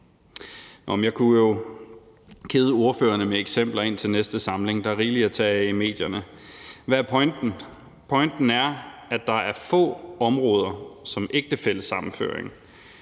Jeg kunne jo kede ordførerne med eksempler indtil næste samling – der er rigelig at tage af i medierne. Hvad er pointen? Pointen er, at der er få områder som ægtefællesammenføring,